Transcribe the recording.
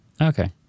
Okay